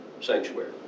sanctuary